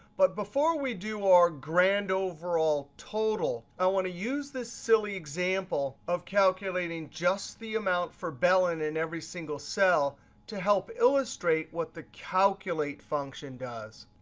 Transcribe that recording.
but before we do our grand overall total, i want to use this silly example of calculating just the amount for bellen in every single cell to help illustrate what the calculate function does.